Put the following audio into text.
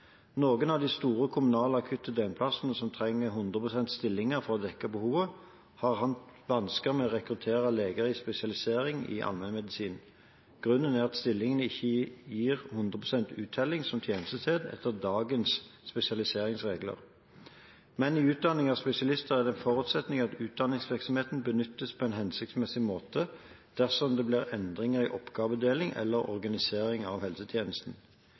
Noen av de store kommunale akutte døgnplassene som trenger 100 pst. stillinger for å dekke behovet, har hatt vansker med å rekruttere leger i spesialisering i allmennmedisin. Grunnen er at stillingene ikke gir 100 pst. uttelling som tjenestested – etter dagens spesialiseringsregler. Men i utdanningen av spesialister er det en forutsetning at utdanningsvirksomheter benyttes på en hensiktsmessig måte dersom det blir endringer i oppgavefordeling eller organisering av helsetjenesten.